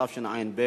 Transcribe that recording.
התשע"ב